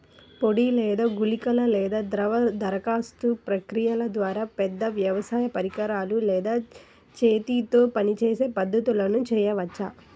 పొడి లేదా గుళికల లేదా ద్రవ దరఖాస్తు ప్రక్రియల ద్వారా, పెద్ద వ్యవసాయ పరికరాలు లేదా చేతితో పనిచేసే పద్ధతులను చేయవచ్చా?